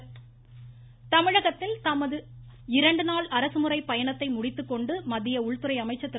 அமீத்ஷா தமிழகத்தில் தமது இரண்டு நாள் அரசுமுறைப் பயணத்தை முடித்துக் கொண்டு மத்திய உள்துறை அமைச்சர் திரு